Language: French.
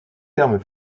termes